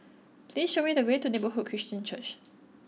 please show me the way to Neighbourhood Christian Church